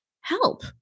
help